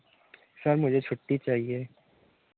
sir मुझे छुट्टी चाहिए